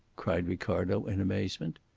cried ricardo in amazement.